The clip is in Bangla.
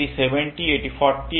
এটি 70 এটি 40 এবং এটি একটি আলফা নোড